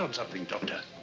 um something, doctor.